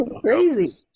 Crazy